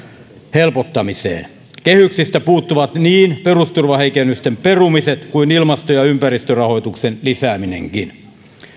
helpottamiseen kehyksistä puuttuvat niin perusturvaheikennysten perumiset kuin ilmasto ja ympäristörahoituksen lisääminenkin